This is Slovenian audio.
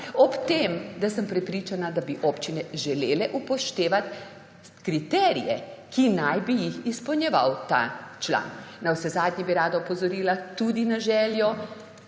Ob tem, da sem prepričana, da bi občine želele upoštevati kriterije, ki naj bi jih izpolnjeval ta član. Navsezadnje bi rada opozorila tudi na željo